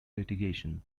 litigation